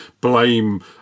blame